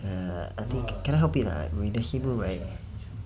err I think cannot help it lah I mean that's